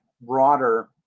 broader